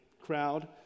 crowd